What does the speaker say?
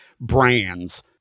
brands